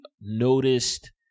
noticed